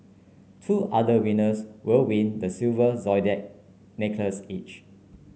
two other winners will win the silver zodiac necklace each